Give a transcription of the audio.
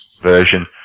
version